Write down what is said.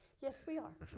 yes we are